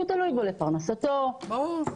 הוא תלוי בו לפרנסתו -- ברור.